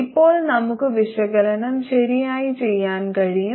ഇപ്പോൾ നമുക്ക് വിശകലനം ശരിയായി ചെയ്യാൻ കഴിയും